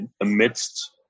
amidst